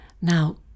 Now